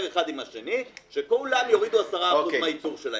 אחד עם השני שכולם יורידו 10% מהייצור שלהם,